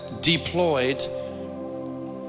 deployed